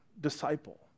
disciple